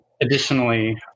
additionally